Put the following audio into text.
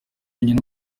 wenyine